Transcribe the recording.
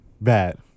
Bad